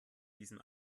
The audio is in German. diesem